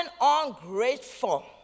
ungrateful